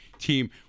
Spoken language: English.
Team